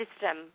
system